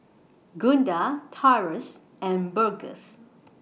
Gunda Tyrus and Burgess